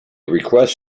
request